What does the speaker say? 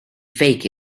fake